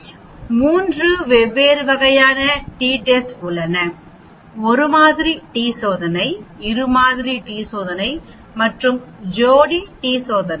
3 வெவ்வேறு வகையான T test உள்ளன 1 மாதிரி டி சோதனை 2 மாதிரி டி சோதனை மற்றும் ஜோடி டி சோதனை